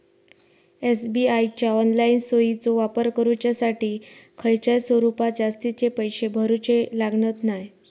SBI च्या online सोयीचो वापर करुच्यासाठी खयच्याय स्वरूपात जास्तीचे पैशे भरूचे लागणत नाय